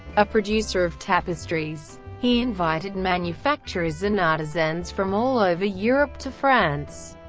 a producer of tapestries. he invited manufacturers and artisans from all over europe to france,